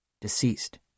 deceased